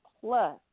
plus